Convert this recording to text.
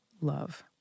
love